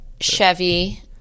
Chevy